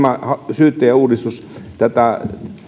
syyttäjäuudistus nopeuttaa tätä tuomioistuimen käsittelyä tätä